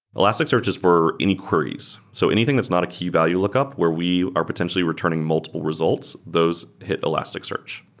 elasticsearch is for any queries. so anything that's not a key value lookup where we are potentially returning multiple results, those hit elasticsearch.